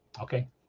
okay